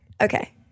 Okay